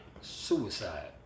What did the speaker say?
suicide